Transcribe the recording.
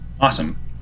awesome